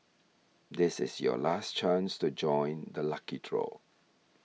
this is your last chance to join the lucky draw